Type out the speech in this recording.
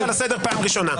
אני קורא אותך לסדר פעם ראשונה.